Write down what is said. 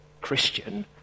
Christian